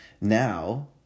Now